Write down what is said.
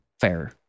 fair